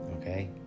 Okay